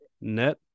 Net